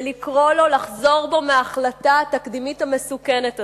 ולקרוא לו לחזור בו מההחלטה התקדימית המסוכנת הזאת.